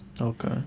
Okay